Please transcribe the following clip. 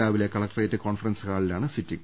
രാവിലെ collectorate conference ഹാളിലാണ് sitting